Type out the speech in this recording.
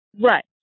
Right